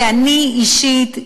ואני אישית,